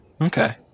Okay